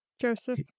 Joseph